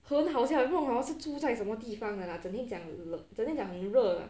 很好笑 leh 不懂是住在什么地方的 lah 整天讲冷整天讲很热 lah